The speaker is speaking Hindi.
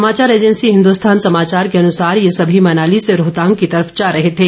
समाचार एजेंसी हिंदुस्थान समाचार के अनुसार ये सभी मनाली से रोहतांग की तरफ जा रहे थे